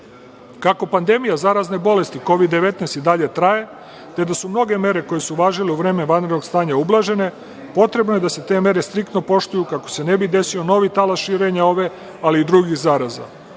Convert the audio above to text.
pandemija zarazne bolesti Kovid-19 i dalje traje, te da su mnoge mere koje su važile u vreme vanrednog stanja ublažene, potrebno je da se te mere striktno poštuju kako se ne bi desio novi talas širenja ove, ali i drugih zaraza. Ovo